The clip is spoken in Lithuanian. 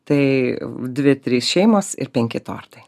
tai dvi trys šeimos ir penki tortai